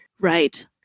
Right